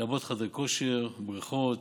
לרבות חדרי כושר ובריכות,